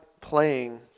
playing